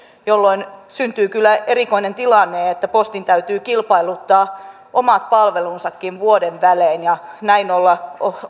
siitä syntyy kyllä erikoinen tilanne että postin täytyy kilpailuttaa omat palvelunsakin vuoden välein ja näin olla